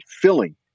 filling